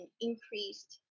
increased